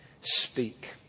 speak